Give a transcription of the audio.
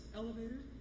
elevator